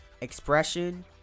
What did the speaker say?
expression